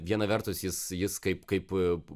viena vertus jis jis kaip kaip